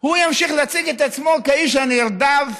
הוא ימשיך להציג את עצמו כאיש הנרדף,